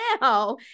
now